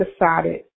decided